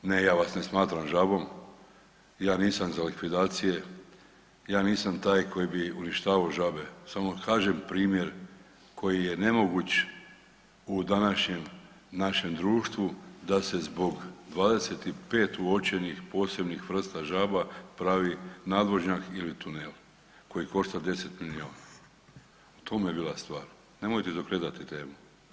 Ne, ja vas ne smatram žabom, ja nisam za likvidacije, ja nisam taj koji bi uništavao žabe, samo kažem primjer koji je nemoguć u današnjem našem društvu da se zbog 25 uočenih posebnih vrsta žaba pravi nadvožnjak ili tunel koji košta 10 milijona, u tome je bila stvar, nemojte izokretati temu.